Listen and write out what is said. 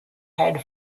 head